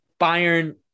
Bayern